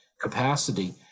capacity